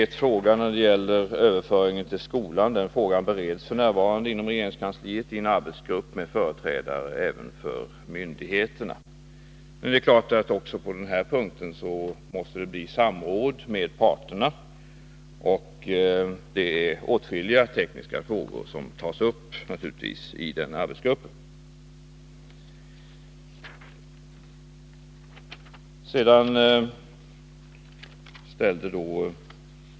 Frågan om överföringen till skolan bereds f. n. inom regeringskansliet av en arbetsgrupp med företrädare även för myndigheterna. Även på denna punkt måste det bli samråd med parterna, och åtskilliga tekniska frågor tas naturligtvis upp i den arbetsgruppen.